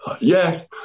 yes